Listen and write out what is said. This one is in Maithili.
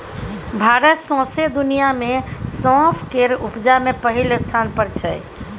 भारत सौंसे दुनियाँ मे सौंफ केर उपजा मे पहिल स्थान पर छै